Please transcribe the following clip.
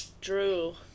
drew